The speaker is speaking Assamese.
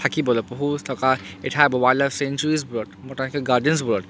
থাকিবলৈ পশু থকা ঠাই বা ৱাইল্ডলাইফ ছেংচুৱেৰীছবোৰত ব'টানিকেল গাৰ্ডেন্ছবোৰত